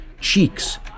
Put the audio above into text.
cheeks